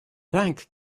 thank